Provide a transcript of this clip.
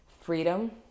Freedom